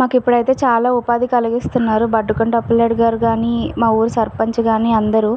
మాకు ఇప్పుడైతే చాలా ఉపాధి కలుగిస్తున్నారు బడ్డుకొండ అప్పలనాయుడు గారు కానీ మా ఊరు సర్పంచ్ కానీ అందరూ